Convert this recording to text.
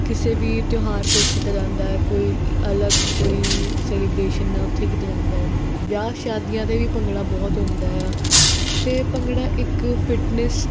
ਕਿਸੇ ਵੀ ਤਿਉਹਾਰ 'ਤੇ ਕੀਤਾ ਜਾਂਦਾ ਕੋਈ ਅਲੱਗ ਕੋਈ ਸੇਲੀਬਰੇਸ਼ਨ ਉੱਥੇ ਕੀਤਾ ਜਾਂਦਾ ਵਿਆਹ ਸ਼ਾਦੀਆਂ 'ਤੇ ਵੀ ਭੰਗੜਾ ਬਹੁਤ ਹੁੰਦਾ ਆ ਅਤੇ ਭੰਗੜਾ ਇੱਕ ਫਿਟਨੇਸ